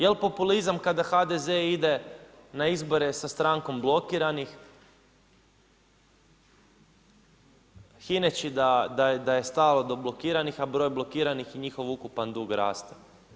Jel populizam kada HDZ ide na izbore sa strankom blokiranih hineći da je stalo do blokiranih, a broj blokiran i njihov ukupan broj raste.